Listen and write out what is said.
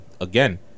again